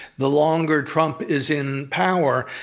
the longer trump is in power,